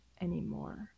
anymore